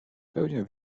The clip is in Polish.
pełnia